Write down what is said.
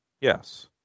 Yes